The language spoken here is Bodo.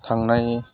थांनाय